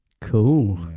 Cool